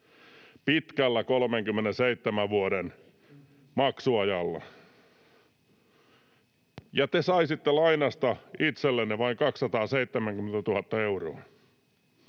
pitkällä, 37 vuoden maksuajalla ja te saisitte lainasta itsellenne vain 270 000 euroa